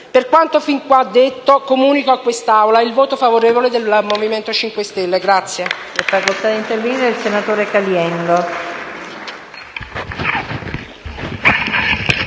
Per quanto fin qui detto comunico a quest'Aula il voto favorevole del Gruppo Movimento 5 Stelle.